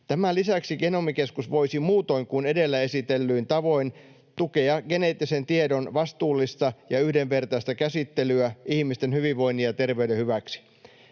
Tämän lisäksi Genomikeskus voisi muutoin kuin edellä esitellyin tavoin tukea geneettisen tiedon vastuullista ja yhdenvertaista käsittelyä ihmisten hyvinvoinnin ja terveyden hyväksi.